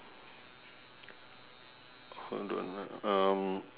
hold on ah